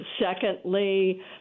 Secondly